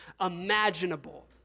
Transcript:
imaginable